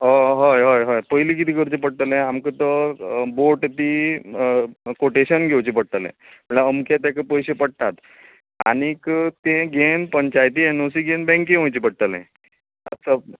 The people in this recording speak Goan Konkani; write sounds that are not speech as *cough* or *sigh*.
हय हय हय पयलीं कितें करचें पडटलें आमकां तो बॉट ती कोटेशन घेवचे पडटले म्हणल्यार अमकें ताका पयशे पडटात आनी ते घेयन पंचयातीन एन ओ सी घेवन बँकेंन वयचें पडटलें *unintelligible*